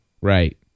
Right